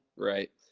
right,